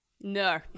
No